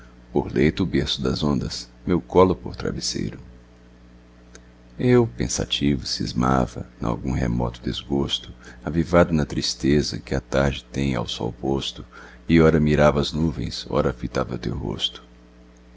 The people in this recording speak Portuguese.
por leito o berço das ondas meu colo por travesseiro eu pensativo cismava nalgum remoto desgosto avivado na tristeza que a tarde tem ao sol posto e ora mirava as nuvens ora fitava teu rosto